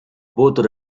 both